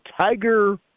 tiger